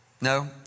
No